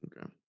okay